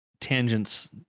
tangents